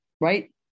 right